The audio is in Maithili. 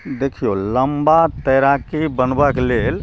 देखियौ लंबा तैराकी बनबऽके लेल